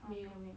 没有